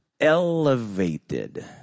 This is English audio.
elevated